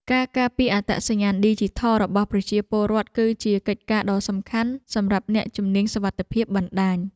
ការការពារអត្តសញ្ញាណឌីជីថលរបស់ប្រជាពលរដ្ឋ គឺជាកិច្ចការដ៏សំខាន់សម្រាប់អ្នកជំនាញសុវត្ថិភាពបណ្តាញ។